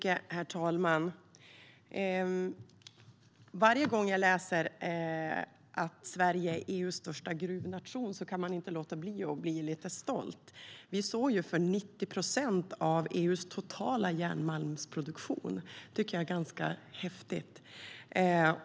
Herr talman! Varje gång jag läser att Sverige är EU:s största gruvnation kan jag inte låta bli att bli lite stolt. Vi står ju för 90 procent av EU:s totala järnmalmsproduktion. Det tycker jag är ganska häftigt.